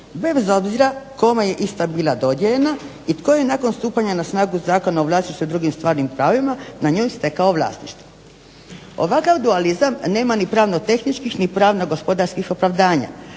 bez obzira kome je ista bila dodijeljena i tko je nakon stupanja na snagu Zakona o vlasništvu i drugim stvarnim pravima na njoj stekao vlasništvo. Ovakav dualizam nema ni pravno tehničkih ni pravno gospodarskih opravdanja,